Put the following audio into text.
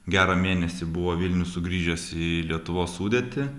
gerą mėnesį buvo vilnius sugrįžęs į lietuvos sudėtį